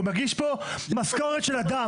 הוא מגיש פה משכורת של אדם.